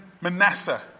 Manasseh